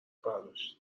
برداشت